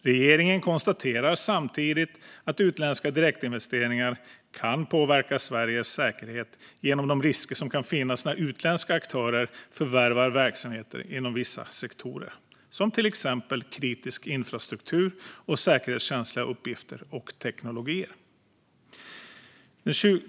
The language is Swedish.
Regeringen konstaterar samtidigt att utländska direktinvesteringar kan påverka Sveriges säkerhet genom de risker som kan finnas när utländska aktörer förvärvar verksamheter inom vissa sektorer, till exempel kritisk infrastruktur och säkerhetskänsliga uppgifter och teknologier.